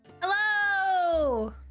Hello